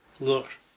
Look